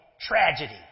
tragedy